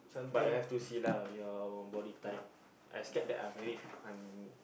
but have to see lah your body type I scared that I very I'm